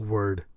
Word